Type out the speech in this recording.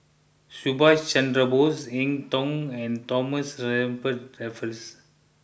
Subhas Chandra Bose Eng Tow and Thomas Stamford Raffles